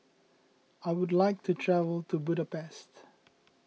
I would like to travel to Budapest